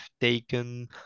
taken